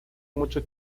mucho